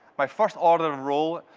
my first order of role,